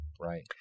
Right